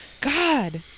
God